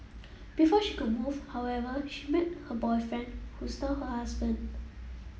before she could move however she met her boyfriend who is now her husband